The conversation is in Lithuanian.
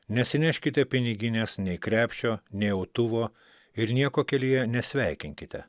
nesineškite piniginės nei krepšio nei autuvo ir nieko kelyje nesveikinkite